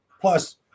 Plus